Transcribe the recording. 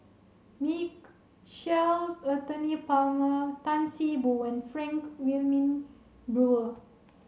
Anthony Palmer Tan See Boo and Frank Wilmin Brewer